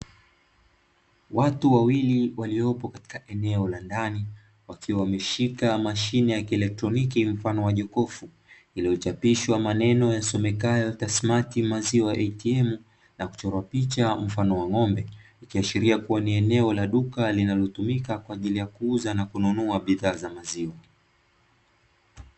Watu wawili waliopo katika eneo la ndani wakiwa wameshika mashine ya kielektroniki mfano wa jokofu, inayochapishwa maneno yasomekayo kasimati maziwa "ATM" na kuchorwa kuchora picha mfano wa ng'ombe, ikiashiria kuwa ni eneo la duka kwa ajili ya kuuza na kununua bidhaa za maziwa.